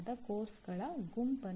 ಅವರು ಪರೀಕ್ಷೆಗಳಲ್ಲಿ ಉತ್ತೀರ್ಣರಾದವರು